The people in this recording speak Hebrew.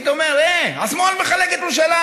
היית אומר: הי, השמאל מחלק את ירושלים.